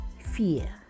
fear